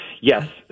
Yes